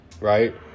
right